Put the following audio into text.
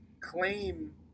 claim